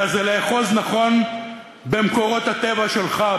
אלא זה לאחוז נכון במקורות הטבע שלך,